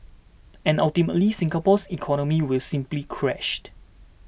and ultimately Singapore's economy will simply crashed